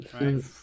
Right